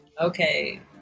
Okay